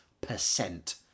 percent